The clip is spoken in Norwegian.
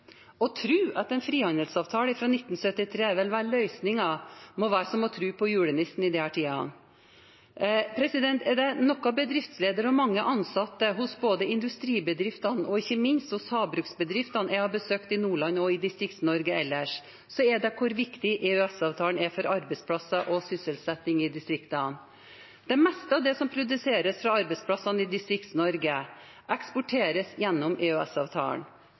Å tro at en frihandelsavtale fra 1973 vil være løsningen, må være som å tro på julenissen på denne tiden. Er det noe bedriftsledere og mange ansatte både i industribedrifter og ikke minst i havbruksbedrifter som jeg har besøkt i Nordland og i Distrikts-Norge ellers har sagt, er det hvor viktig EØS-avtalen er for arbeidsplasser og sysselsetting i distriktene. Det meste av det som produseres på arbeidsplassene i Distrikts-Norge, eksporteres gjennom